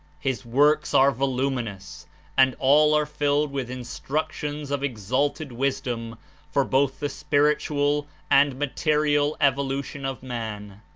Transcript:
his works are vol uminous and all are filled with instructions of ex alted wisdom for both the spiritual and material evolution of man.